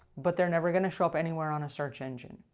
but they're never going to show up anywhere on a search engine.